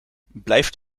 blijft